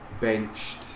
benched